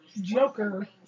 Joker